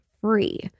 free